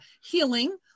Healing